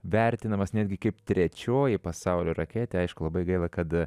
vertinamas netgi kaip trečioji pasaulio raketė aišku labai gaila kad